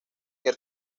que